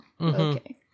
okay